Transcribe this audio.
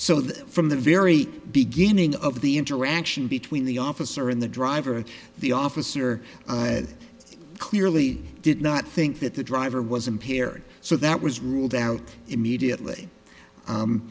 that from the very beginning of the interaction between the officer in the driver the officer clearly did not think that the driver was impaired so that was ruled out immediately